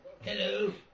Hello